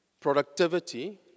productivity